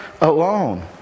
alone